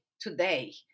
today